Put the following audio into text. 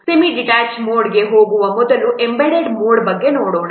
semi detached ಮೋಡ್ಗೆ ಹೋಗುವ ಮೊದಲು ಎಂಬೆಡೆಡ್ ಮೋಡ್ ಬಗ್ಗೆ ನೋಡೋಣ